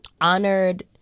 honored